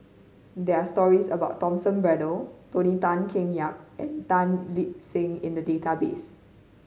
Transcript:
there are stories about Thomas Braddell Tony Tan Keng Yam and Tan Lip Seng in the database